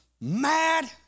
mad